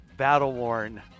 battle-worn